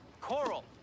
Coral